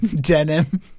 Denim